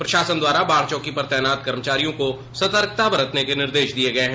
प्रशासन द्वारा बाढ़ चौंकी पर तैनात कर्मचारियों को सतर्कता बरतने के निर्देश दिये गये हैं